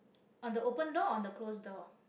on the open door or on the closed door